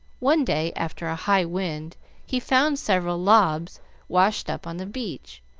one day after a high wind he found several lobs washed up on the beach,